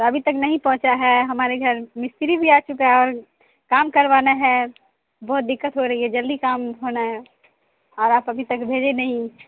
تو ابھی تک نہیں پہنچا ہے ہمارے گھر مستری بھی آچکا ہے اور کام کروانا ہے بہت دقت ہورہی ہے جلدی کام ہونا ہے اور آپ ابھی تک بھیجے نہیں